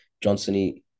Johnson